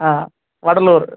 ஆ Vadalur